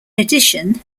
addition